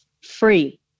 free